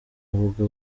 avuga